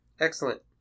Excellent